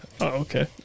okay